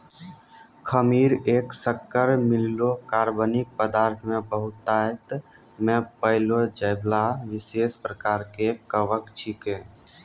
खमीर एक शक्कर मिललो कार्बनिक पदार्थ मे बहुतायत मे पाएलो जाइबला विशेष प्रकार के कवक छिकै